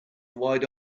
wide